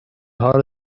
هارو